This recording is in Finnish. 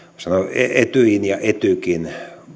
etyjin ja etykin